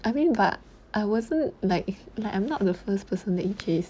I mean but I wasn't like like I'm not the first person that he chase